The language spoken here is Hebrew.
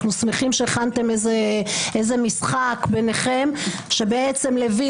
אנחנו שמחים שהכנתם איזה משחק ביניהם שלוין